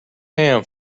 ham